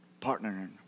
partnering